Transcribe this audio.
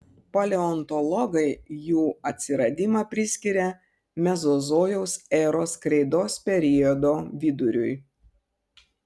paleontologai jų atsiradimą priskiria mezozojaus eros kreidos periodo viduriui